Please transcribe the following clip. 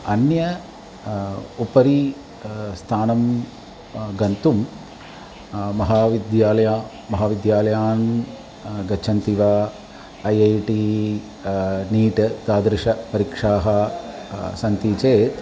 अन्य उपरि स्थानं गन्तुं महाविद्यालय महाविद्यालयान् गच्छन्ति वा ऐ ऐ टि नीट् तादृशपरिक्षाः सन्ति चेत्